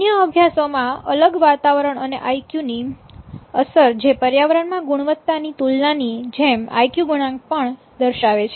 અન્ય અભ્યાસોમાં અલગ વાતાવરણ અને આઈકયુ ની અસર જે પર્યાવરણમાં ગુણવત્તાની તુલનાની જેમ આઇકયુ ગુણાંક પણ બતાવે છે